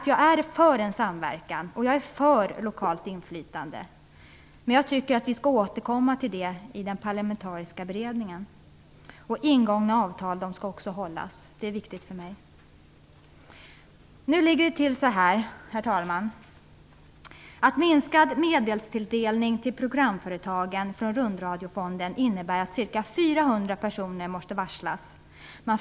Jag är för en samverkan och för lokalt inflytande, men jag tycker att vi skall återkomma till det i den parlamentariska beredningen. Ingångna avtal skall hållas - det är viktigt för mig. Nu ligger det till så att minskad medelstilldelning till programföretagen från Rundradiofonden innebär att ca 400 personer måste varslas om uppsägning.